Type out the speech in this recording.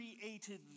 created